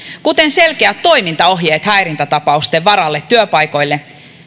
kuten selkeät toimintaohjeet häirintätapausten varalle työpaikoille